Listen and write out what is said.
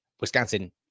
Wisconsin